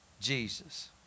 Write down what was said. Jesus